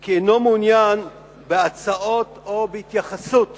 כי אינו מעוניין בהצעות או בהתייחסות